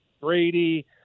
Brady